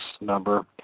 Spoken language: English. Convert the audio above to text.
number